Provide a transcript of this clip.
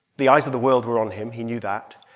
the eyes of the world were on him, he knew that.